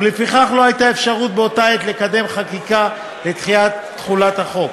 ולפיכך לא הייתה אפשרות באותה העת לקדם חקיקה לדחיית תחולת החוק.